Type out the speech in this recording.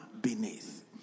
beneath